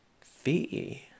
Fee